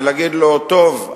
ולהגיד לו: טוב,